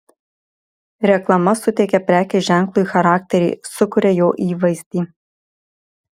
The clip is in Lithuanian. reklama suteikia prekės ženklui charakterį sukuria jo įvaizdį